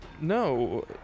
no